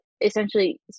essentially